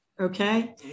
okay